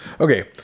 Okay